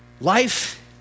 life